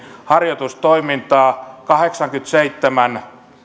harjoitustoimintaa kahdeksankymmentäseitsemän